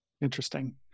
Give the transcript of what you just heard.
Interesting